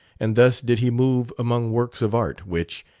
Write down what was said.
and thus did he move among works of art which,